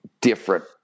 different